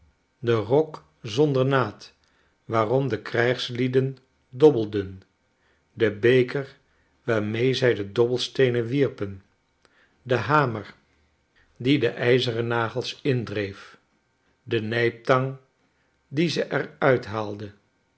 de rok zonder naad waarom de krijgslieden dobbelden de beker waarmee zij de dobbelsteenen wierpen de hamer die de ijzeren nagels indreef de nijptang die ze er